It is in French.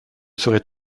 serais